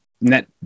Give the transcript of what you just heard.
net